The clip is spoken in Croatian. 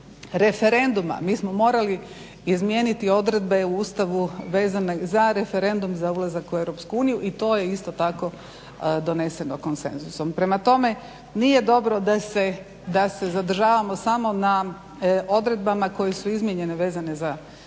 referenduma. Mi smo morali izmijeniti odredbe u Ustavu vezane za referendum za ulazak u EU i to je isto tako doneseno konsenzusom. Prema tome nije dobro da se zadržavamo sam na odredbama koje su izmijenjene vezene za glasvoanje